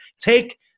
take